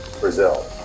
Brazil